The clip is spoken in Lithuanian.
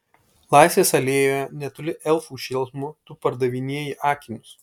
laisvės alėjoje netoli elfų šėlsmo tu pardavinėji akinius